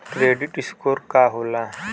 Credit score का होला?